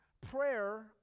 prayer